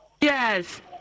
Yes